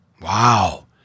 Wow